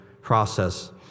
process